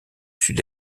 sud